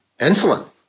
insulin